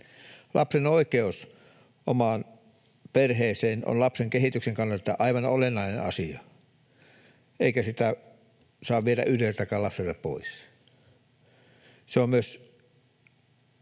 Lapsen oikeus omaan perheeseen on lapsen kehityksen kannalta aivan olennainen asia, eikä sitä saa viedä yhdeltäkään lapselta pois. Se on myös